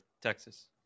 Texas